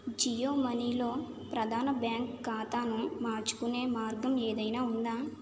జియోమనీలో ప్రధాన బ్యాంక్ ఖాతాను మార్చుకునే మార్గం ఏదైనా ఉందా